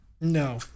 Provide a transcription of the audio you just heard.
No